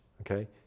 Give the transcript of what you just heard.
Okay